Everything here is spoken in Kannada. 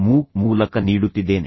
ಮೂಕ್ ಮೂಲಕ ನೀಡುತ್ತಿದ್ದೇನೆ